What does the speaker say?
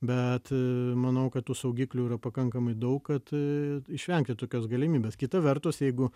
bet manau kad tų saugiklių yra pakankamai daug kad išvengti tokios galimybės kita vertus jeigu